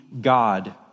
God